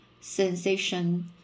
sensation